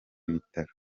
bitaro